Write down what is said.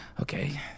okay